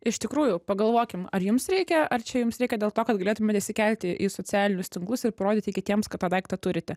iš tikrųjų pagalvokim ar jums reikia ar čia jums reikia dėl to kad galėtumėt įsikelti į socialinius tinklus ir parodyti kitiems kad tą daiktą turite